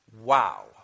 Wow